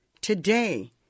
today